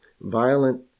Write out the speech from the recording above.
violent